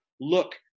Look